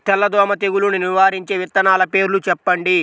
తెల్లదోమ తెగులును నివారించే విత్తనాల పేర్లు చెప్పండి?